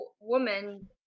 woman